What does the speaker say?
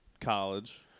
college